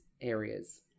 areas